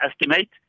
estimate